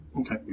Okay